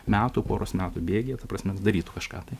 metų poros metų bėgyje ta prasme darytų kažką tai